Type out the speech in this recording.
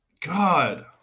God